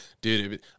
dude